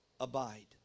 abide